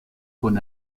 con